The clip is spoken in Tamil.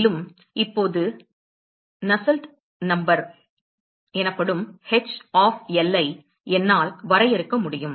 மேலும் இப்போது நஸ்ஸெல்ட் எண் h ஆப் L ஐ என்னால் வரையறுக்க முடியும்